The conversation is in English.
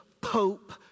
pope